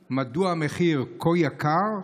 2. מדוע המחיר כה גבוה?